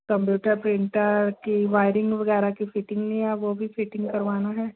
computer printer की wiring वग़ैरह की फ़िटिंग नहीं है वह भी फ़िटिंग करवाना है